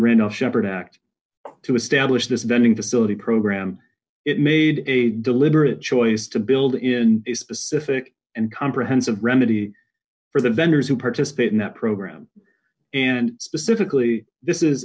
reno sheppard act to establish this bending to city program it made a deliberate choice to build in a specific and comprehensive remedy for the vendors who participate in that program and specifically this is